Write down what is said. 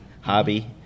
hobby